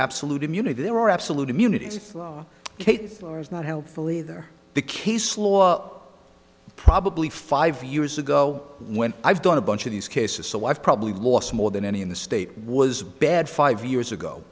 absolute immunity their absolute immunity hate is not helpful either the case law probably five years ago when i've done a bunch of these cases so i've probably lost more than any in the state was bad five years ago